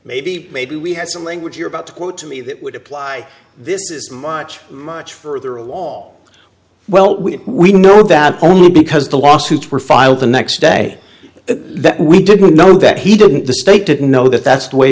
maybe maybe we had some language you're about to quote me that would apply this is much much further a wall well we we know that only because the lawsuits were filed the next day that we didn't know that he didn't the state didn't know that that's the way